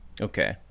Okay